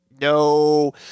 No